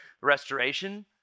restoration